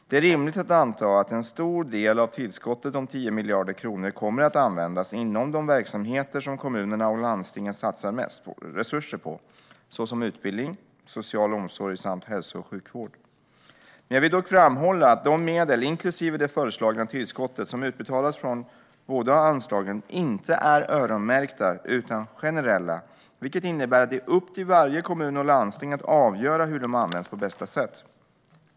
Det är rimligt att anta att en stor del av tillskottet om 10 miljarder kronor kommer att användas inom de verksamheter som kommunerna och landstingen satsar mest resurser på, såsom utbildning, social omsorg samt hälso och sjukvård. Jag vill dock framhålla att de medel, inklusive det föreslagna tillskottet, som utbetalas från båda anslagen inte är öronmärkta utan generella, vilket innebär att det är upp till varje kommun och landsting att avgöra hur de används på bästa sätt.